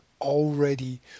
already